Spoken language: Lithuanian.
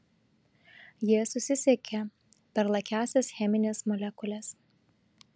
jie susisiekia per lakiąsias chemines molekules